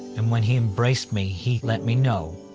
and when he embraced me, he let me know